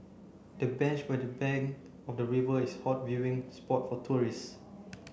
the bench by the bank of the river is a hot viewing spot for tourists